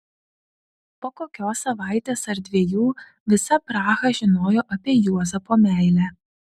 po kokios savaitės ar dviejų visa praha žinojo apie juozapo meilę